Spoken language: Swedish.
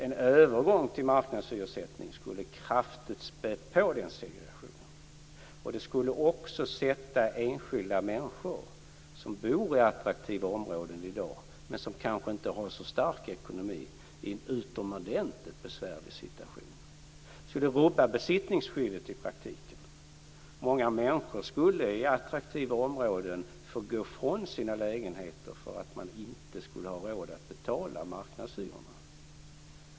En övergång till marknadshyressättning skulle kraftigt spä på den segregationen. Den skulle också sätta enskilda människor som bor i attraktiva områden i dag men som inte har så stark ekonomi, i en utomordentligt besvärlig situation. Det rubbar i praktiken besittningsskyddet. Många människor skulle i attraktiva områden få gå ifrån sina lägenheter därför att de inte skulle ha råd att betala marknadshyrorna.